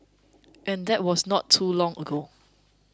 and that was not too long ago